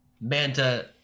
Manta